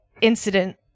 incident